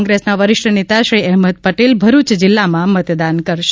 કોંગ્રેસના વરિષ્ઠ નેતા શ્રી અહેમદ પટેલ ભરૂચ જિલ્લામાં મતદાન કરશે